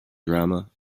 drama